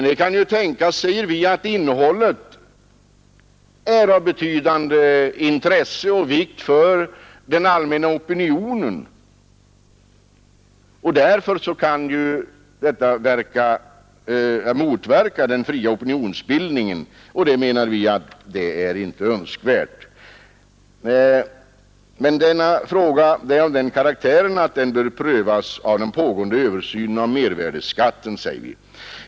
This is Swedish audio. Det kan tänkas att innehållet är av betydande intresse och vikt för den allmänna opinionen, och därför kan den nuvarande beskattningen anses motverka den framtida opinionsbildningen. Det är inte önskvärt. Men denna fråga är av den karaktären att den bör prövas i samband med den pågående översynen av mervärdeskatten.